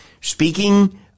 speaking